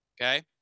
okay